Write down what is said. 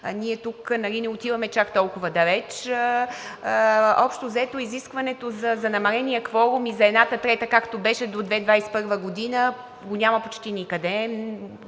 ние не отиваме чак толкова далеч. Общо взето изискването за намаления кворум и за едната трета, както беше до 2021 г., го няма почти никъде,